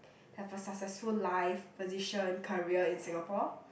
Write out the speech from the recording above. have a successful life position career in Singapore